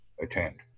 attend